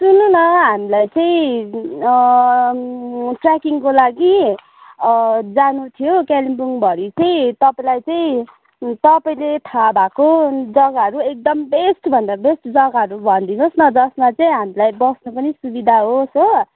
सुन्नुहोस् न हामीलाई चाहिँ ट्र्याकिङको लागि जानु थियो कालिम्पोङभरि चाहिँ तपाईँलाई चाहिँ तपाईँले थाहा भएको जग्गाहरू एकदम बेस्टभन्दा बेस्ट जग्गाहरू भनिदिनुहोस् न जसमा चाहिँ हामीलाई बस्नु पनि सुविधा होस् हो